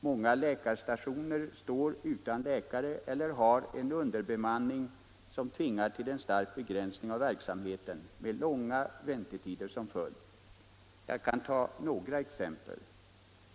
Många läkarstationer står utan läkare eller har en underbemanning, som tvingar till en stark begränsning av verksamheten med långa väntetider som följd. Jag kan ta några exempel.